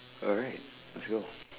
alright it's your